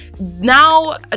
now